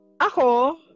ako